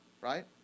right